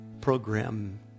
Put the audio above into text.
program